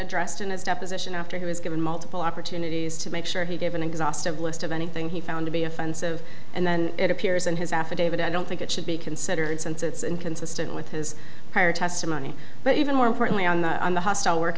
addressed in his deposition after he was given multiple opportunities to make sure he gave an exhaustive list of anything he found to be offensive and then it appears in his affidavit i don't think it should be considered since it's inconsistent with his prior testimony but even more importantly on the on the hostile work